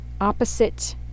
opposite